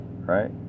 right